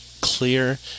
clear